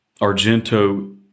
Argento